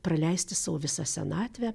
praleisti savo visą senatvę